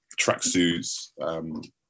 tracksuits